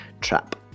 Trap